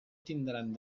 tindran